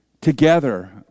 together